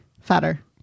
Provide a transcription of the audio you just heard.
fatter